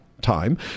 time